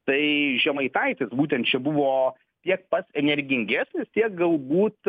tai žemaitaitis būtent čia buvo tiek pats energingesnis tiek galbūt